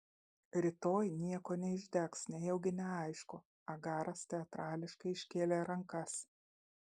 rytoj nieko neišdegs nejaugi neaišku agaras teatrališkai iškėlė rankas